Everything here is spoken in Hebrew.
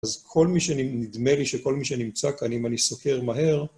אז כל מי שנדמה לי שכל מי שנמצא כאן, אם אני סוקר מהר,